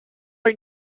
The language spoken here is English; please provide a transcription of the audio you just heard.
are